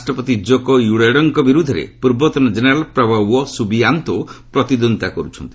ରାଷ୍ଟ୍ରପତି ଜୋକୋ ୱିଡୋଡୋଙ୍କ ବିରୁଦ୍ଧରେ ପୂର୍ବତନ ଜେନେରାଲ୍ ପ୍ରବୋୱୋ ସୁବିଆକ୍ଷୋ ପ୍ରତିଦ୍ୱନ୍ଦିତା କରୁଛନ୍ତି